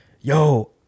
yo